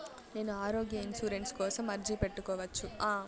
నేను ఆరోగ్య ఇన్సూరెన్సు కోసం అర్జీ పెట్టుకోవచ్చా?